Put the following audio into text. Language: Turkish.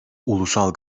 ulusal